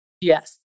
Yes